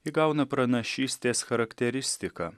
įgauna pranašystės charakteristiką